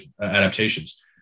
adaptations